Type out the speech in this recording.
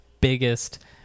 biggest